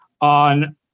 on